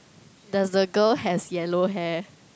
does the girl has yellow hair